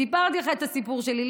סיפרתי לך את הסיפור שלי.